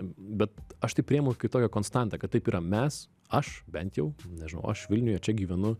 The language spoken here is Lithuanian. bet aš tai priimu kaip tokią konstantą kad taip yra mes aš bent jau nežinau aš vilniuje čia gyvenu